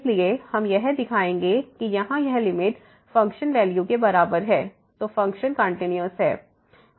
इसलिए हम यह दिखाएंगे कि यहां यह लिमिट फंक्शन वैल्यू के बराबर है तो फ़ंक्शन कंटिन्यूस है